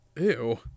Ew